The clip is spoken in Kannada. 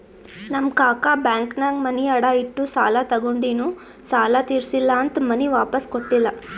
ನಮ್ ಕಾಕಾ ಬ್ಯಾಂಕ್ನಾಗ್ ಮನಿ ಅಡಾ ಇಟ್ಟು ಸಾಲ ತಗೊಂಡಿನು ಸಾಲಾ ತಿರ್ಸಿಲ್ಲಾ ಅಂತ್ ಮನಿ ವಾಪಿಸ್ ಕೊಟ್ಟಿಲ್ಲ